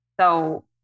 So-